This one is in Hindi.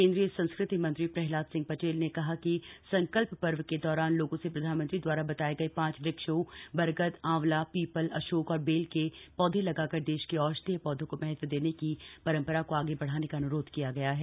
केन्द्रीय संस्कृति मंत्री प्रहलाद सिंह पटेल ने कहा कि संकल्प पर्व के दौरान लोगों से प्रधानमंत्री द्वारा बताए गए पांच वृक्षों बरगद आंवला पीपल अशोक और बेल के पौधे लगाकर देश के औषधीय पौधों को महत्व देने की परम्परा को आगे बढ़ाने का अनुरोध किया गया है